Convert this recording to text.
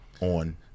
on